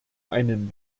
einen